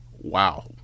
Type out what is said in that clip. wow